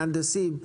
מהנדסים,